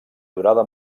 durada